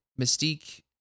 Mystique